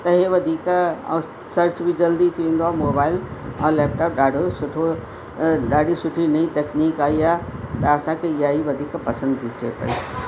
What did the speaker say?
त इहो वधीक सर्च बि जल्दी थी वेंदो आहे मोबाइल ऐं लैपटॉप ॾाढो सुठो ॾाढी सुठी नई तकनीक आई आहे त असांखे ईअं ई वधीक पसंदि थी अचे पई